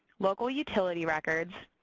local utility records,